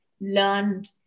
learned